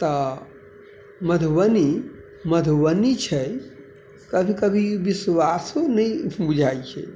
तऽ मधुबनी मधुबनी छै कभी कभी ई विश्वासो नहि बुझाइ छै